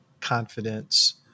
confidence